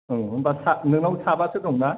औ होमबा नोंनाव साबासो दं ना